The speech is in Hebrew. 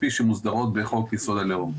כפי שמוסדרות בחוק יסוד: הלאום.